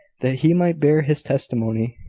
that he might bear his testimony.